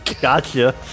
Gotcha